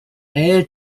air